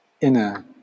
inner